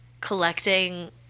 collecting